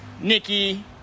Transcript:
Nikki